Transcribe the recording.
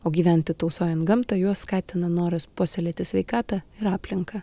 o gyventi tausojant gamtą juos skatina noras puoselėti sveikatą ir aplinką